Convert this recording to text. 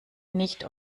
nicht